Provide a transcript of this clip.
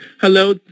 Hello